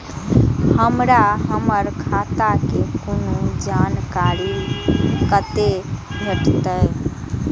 हमरा हमर खाता के कोनो जानकारी कते भेटतै